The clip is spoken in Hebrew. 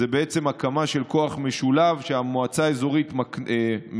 זו בעצם הקמה של כוח משולב שבו המועצה האזורית תורמת